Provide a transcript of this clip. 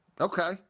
Okay